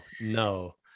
no